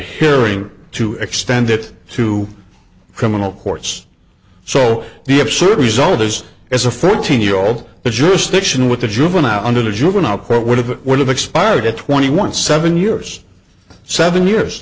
hearing to extend it to criminal courts so the absurd result there's as a fourteen year old the jurisdiction with the juvenile under the juvenile court would have it would have expired at twenty one seven years seven years